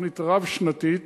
בתוכנית רב-שנתית,